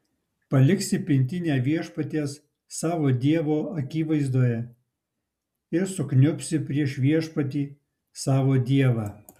paliksi pintinę viešpaties savo dievo akivaizdoje ir sukniubsi prieš viešpatį savo dievą